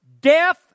death